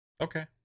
okay